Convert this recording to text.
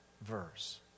verse